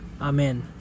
Amen